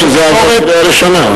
ובתנאי שזה עבר בקריאה ראשונה,